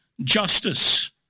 justice